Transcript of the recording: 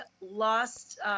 lost –